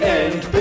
end